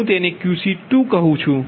હું તેને Qc2 કહુ છુ